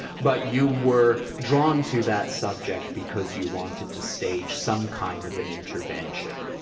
but you were drawn to that subject because you wanted to stage some kind of an intervention.